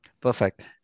Perfect